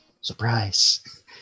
Surprise